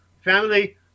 Family